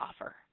offer